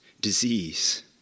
disease